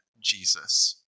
Jesus